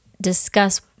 discuss